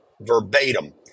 verbatim